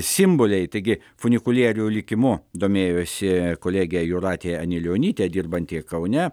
simboliai taigi funikulierių likimu domėjosi kolegė jūratė anilionytė dirbanti kaune